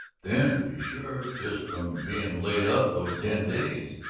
thin, to be sure, just from being laid up those ten days.